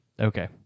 Okay